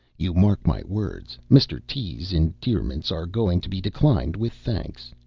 you mark my words, mr. t s endearments are going to be declined, with thanks.